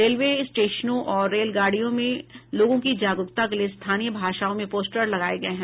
railway स्टेशनों और रेलगाड़ियों में लोगों की जागरूकता के लिये स्थानीय भाषाओं में पोस्टर लगाये गये हैं